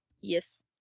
Yes